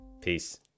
Peace